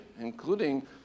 including